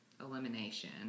elimination